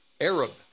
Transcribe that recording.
Arab